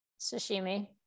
Sashimi